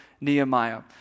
Nehemiah